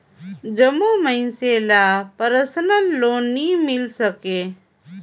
जम्मो मइनसे ल परसनल लोन नी मिल सके